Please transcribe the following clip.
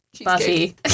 Buffy